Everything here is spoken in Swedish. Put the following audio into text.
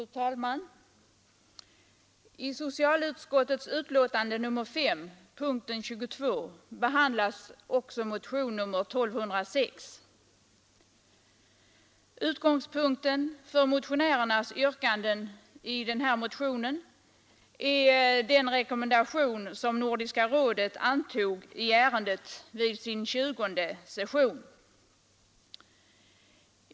Fru talman! I socialutskottets betänkande nr 5, punkten 22, behandlas också motionen 1206. Utgångspunkten för motionärernas yrkanden i denna motion är den rekommendation som Nordiska rådet antog i ärendet vid sin 20:e session.